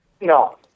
No